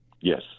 Yes